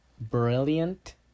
brilliant